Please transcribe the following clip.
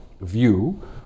view